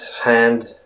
hand